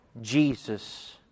Jesus